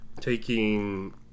taking